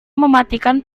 mematikan